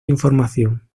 información